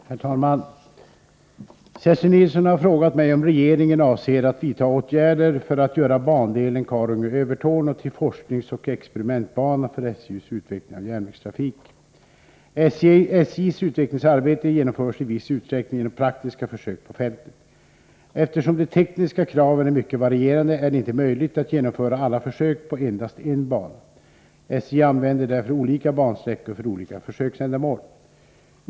Herr talman! Kerstin Nilsson har frågat mig om regeringen avser att vidta åtgärder för att göra bandelen Karungi-Övertorneå till forskningsoch experimentbana för SJ:s utveckling av järnvägstrafik. SJ:s utvecklingsarbete genomförs i viss utsträckning genom praktiska försök på fältet. Eftersom de tekniska kraven är mycket varierande, är det inte möjligt att genomföra alla försök på endast en bana. SJ använder därför olika bansträckor för olika försöksändamål.